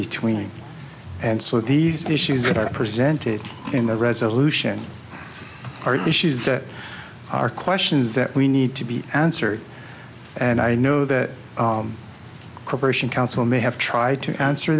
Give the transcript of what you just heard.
between and so these issues that are presented in the resolution are issues that are questions that we need to be answered and i know that cooperation council may have tried to answer